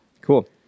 Cool